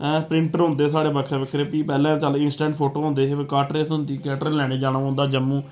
ऐं प्रिंटर होंदे हे साढ़े बक्खरे बक्खरे फ्ही पैह्लें चल इंस्टैंट फोटो होंदे हे काटरेज होंदी ही कटरेज लैने जाना पौंदा हा जम्मू